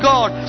God